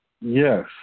yes